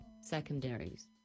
Secondaries